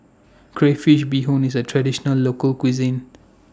Crayfish Beehoon IS A Traditional Local Cuisine